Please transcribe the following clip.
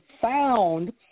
found